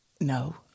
no